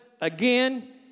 again